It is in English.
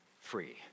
free